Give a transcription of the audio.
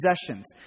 possessions